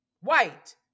white